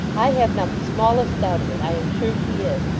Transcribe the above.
i have not the smallest doubt of it. i am sure she is.